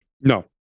no